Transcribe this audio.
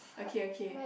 okay okay